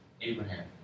Abraham